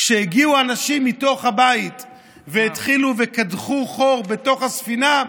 כשהגיעו אנשים מתוך הבית והתחילו לקדוח חור בתוך הספינה,